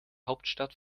hauptstadt